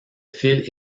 fils